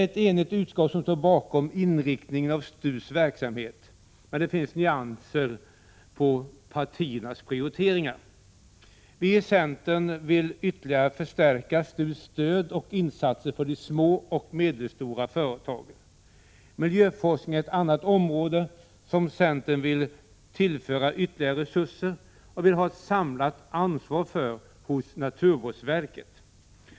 Ett enigt utskott står bakom inriktningen av STU:s verksamhet, men det finns nyanser på partiernas prioriteringar. Viicentern vill ytterligare förstärka STU:s stöd och insatser för de små och medelstora företagen. Miljöforskningen är ett annat område som centern vill tillföra ytterligare resurser. Vi vill också att naturvårdsverket skall ha ett samlat ansvar för miljöforskningen.